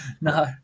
No